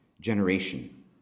generation